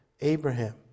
Abraham